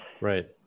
Right